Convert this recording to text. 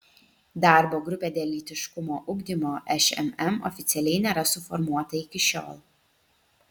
darbo grupė dėl lytiškumo ugdymo šmm oficialiai nėra suformuota iki šiol